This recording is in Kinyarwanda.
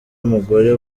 mugore